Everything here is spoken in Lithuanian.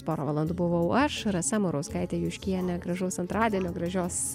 porą valandų buvau aš rasa murauskaitė juškienė gražaus antradienio gražios